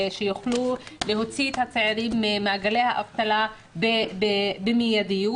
שיוכלו להוציא את הצעירים ממעגלי האבטלה באופן מיידי.